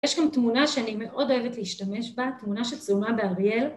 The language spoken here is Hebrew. יש גם תמונה שאני מאוד אוהבת להשתמש בה, תמונה שצלמה באריאל.